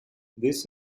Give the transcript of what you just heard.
this